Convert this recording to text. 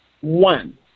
One